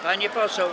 Pani poseł.